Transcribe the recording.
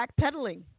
backpedaling